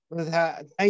Thank